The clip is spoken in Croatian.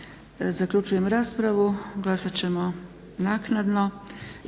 Zaključujem raspravu. Glasat ćemo naknadno.